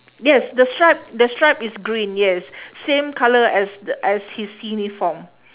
yes the stripe the stripe is green yes same colour as t~ as his uniform